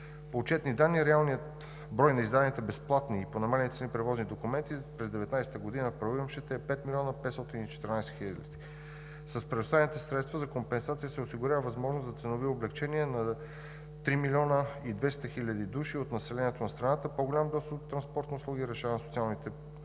По отчетни данни реалният брой на издадените безплатни и по намалени цени превозни документи през 2019 г. на правоимащите е 5 млн. 514 хил. броя. С предоставените средства за компенсации се осигурява възможност за ценови облекчения за около 3 млн. 2 хил. души от населението на страната, по-голям достъп до транспортната услуга и решаване на социални проблеми.